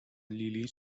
لیلی